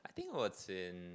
I think was in